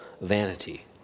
vanity